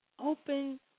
Open